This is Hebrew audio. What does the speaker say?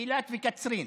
אילת וקצרין.